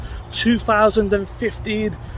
2015